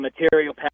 material